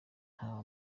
nta